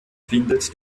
findet